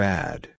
Bad